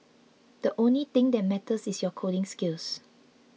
the only thing that matters is your coding skills